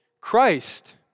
Christ